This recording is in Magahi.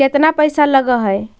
केतना पैसा लगय है?